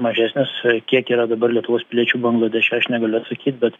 mažesnis kiek yra dabar lietuvos piliečių bangladeše aš negaliu atsakyt bet